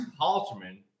Halterman